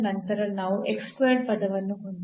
ನಂತರ ನಾವು ಪದವನ್ನು ಹೊಂದಿದ್ದೇವೆ